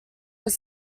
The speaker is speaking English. were